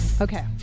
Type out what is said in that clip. Okay